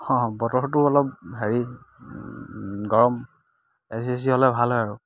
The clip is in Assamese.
অঁ বতৰটো অলপ হেৰি গৰম এচি চেচি হ'লে ভাল হয় আৰু